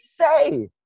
say